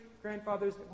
grandfathers